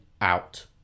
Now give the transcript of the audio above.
out